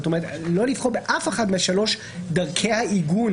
לא לבחור באף אחת משלוש דרכי העיגון